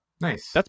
Nice